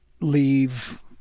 leave